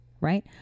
right